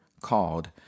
called